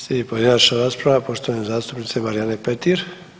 Slijedi pojedinačna rasprava poštovane zastupnice Marijane Petir.